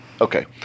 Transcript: Okay